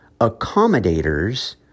accommodators